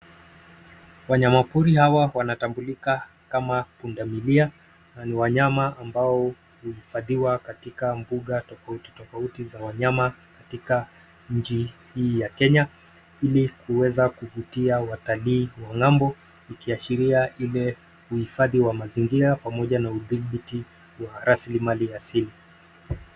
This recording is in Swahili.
Wanyamapori hawa wanatambulika kama pundamilia na ni wanyama ambao huhifadhiwa katika mbuga tofauti tofauti za wanyama katika nchi hii ya Kenya ili kuweza kuvutia watalii wa ng'ambo ikiashiria ile uhifadhi wa mazingira pamoja na udhibiti wa rasilimali asili.